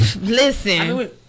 Listen